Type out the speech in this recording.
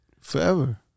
Forever